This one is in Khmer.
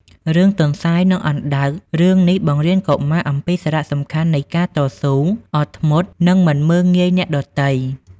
រឿងទន្សាយនិងអណ្ដើក រឿងនេះបង្រៀនកុមារអំពីសារៈសំខាន់នៃការតស៊ូ អត់ធ្មត់ និងមិនមើលងាយអ្នកដទៃ។